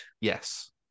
Yes